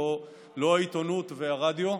לא העיתונות והרדיו.